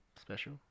special